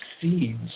seeds